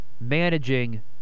managing